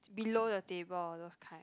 below the table all those kind